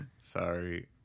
Sorry